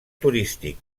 turístic